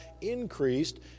increased